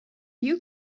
you